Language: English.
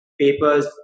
papers